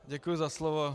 Děkuji za slovo.